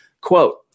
quote